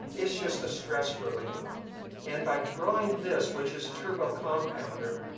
is just a stress reliever and by drawing this which is a turbo compounder